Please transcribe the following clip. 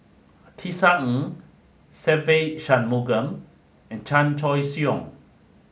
Tisa Ng Se Ve Shanmugam and Chan Choy Siong